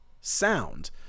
sound